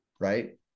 Right